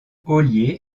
ollier